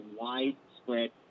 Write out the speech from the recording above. widespread